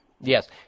Yes